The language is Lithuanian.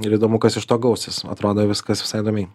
ir įdomu kas iš to gausis atrodo viskas visai įdomiai